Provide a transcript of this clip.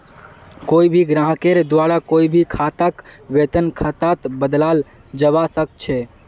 कोई भी ग्राहकेर द्वारा कोई भी खाताक वेतन खातात बदलाल जवा सक छे